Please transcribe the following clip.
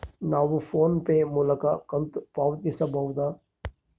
ನಾವು PhonePe ಮೂಲಕ ಕಂತು ಪಾವತಿಸಬಹುದಾ?